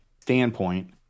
standpoint